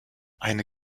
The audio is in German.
eine